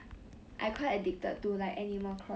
mm